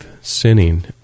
sinning